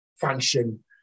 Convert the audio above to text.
function